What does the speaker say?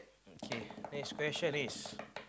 okay next question is